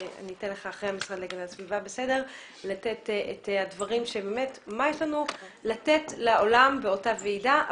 ואחרי המשרד להגנת הסביבה הוא יאמר מה יש לנו לתת לעולם באותה ועידה.